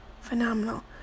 phenomenal